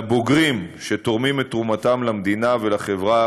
לבוגרים שתורמים את תרומתם למדינה ולחברה